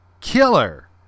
killer